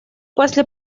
после